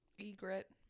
Egret